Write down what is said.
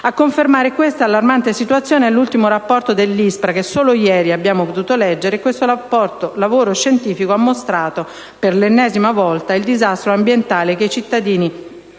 A confermare questa allarmante situazione è l'ultimo rapporto dell'ISPRA, che solo ieri abbiamo potuto leggere; questo lavoro scientifico ha dimostrato, per l'ennesima volta, il disastro ambientale che i cittadini